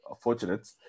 fortunate